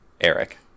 Eric